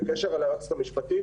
בקשר ליועצת המשפטית,